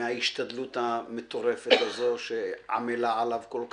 מההשתדלות המטורפת הזו שהיא עמלה עליה כל כך?